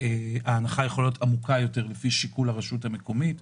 כשההנחה יכולה להיות עמוקה יותר לפי שיקול דעת הרשות המקומית.